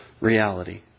reality